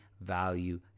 Value